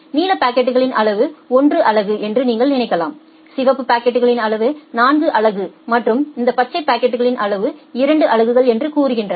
நீல பாக்கெட்கள் அளவு 1 அலகு என்று நீங்கள் நினைக்கலாம் சிவப்பு பாக்கெட்கள் அளவு 4 அலகு மற்றும் இந்த பச்சை பாக்கெட்கள் அளவு 2 அலகுகள் என்று கூறுகின்றன